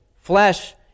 flesh